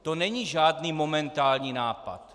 To není žádný momentální nápad.